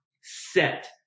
set